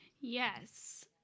yes